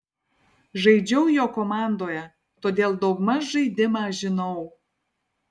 žaidžiau jo komandoje todėl daug maž žaidimą žinau